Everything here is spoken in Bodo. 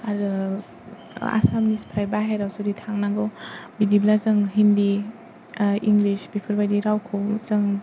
आरो आसामनिफ्राय जुदि बायह्रायाव थांनांगौ बिदिब्ला जों हिन्दि इंलिस बिफोरबादि रावखौ जों